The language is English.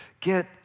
get